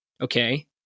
okay